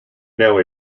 now